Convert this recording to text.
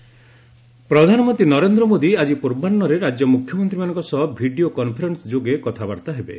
PM CM ଇକ୍ଷରାକୁ ପ୍ରଧାନମନ୍ତ୍ରୀ ନରେନ୍ଦ୍ର ମୋଦି ଆଜି ପୂର୍ବାହ୍ୱରେ ରାଜ୍ୟ ମୁଖ୍ୟମନ୍ତ୍ରୀମାନଙ୍କ ସହ ଭିଡ଼ିଓ କନ୍ଫରେନ୍ସିଂ ଯୋଗେ କଥାବାର୍ତ୍ତା ହେବେ